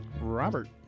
Robert